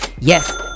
Yes